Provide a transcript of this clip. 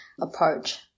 approach